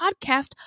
podcast